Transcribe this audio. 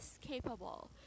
capable